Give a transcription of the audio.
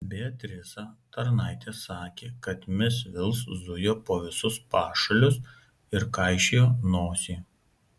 beatrisa tarnaitė sakė kad mis vils zujo po visus pašalius ir kaišiojo nosį